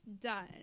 done